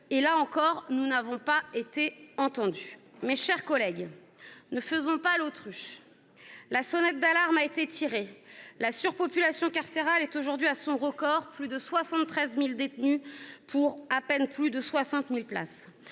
d'amendements, nous n'avons pas été entendus. Mes chers collègues, ne faisons pas l'autruche, la sonnette d'alarme a été tirée et la surpopulation carcérale atteint un niveau record : plus de 73 000 détenus pour à peine plus de 60 000 places.